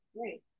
great